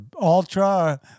ultra